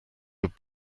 would